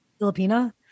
Filipina